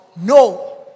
No